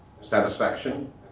satisfaction